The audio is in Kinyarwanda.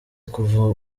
kuva